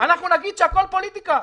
אנחנו נגיד שהכול פוליטיקה,